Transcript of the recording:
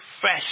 fresh